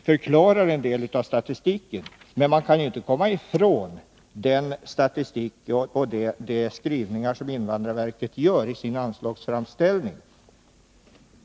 förklarar statistiken, men man kan inte komma ifrån den redovisning och de skrivningar som invandrarverket har gjort i sin anslagsframställning.